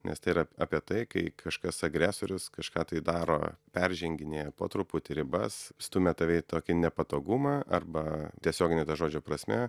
nes tai yra apie tai kai kažkas agresorius kažką tai daro perženginėja po truputį ribas stumia tave į tokį nepatogumą arba tiesiogine to žodžio prasme